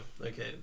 Okay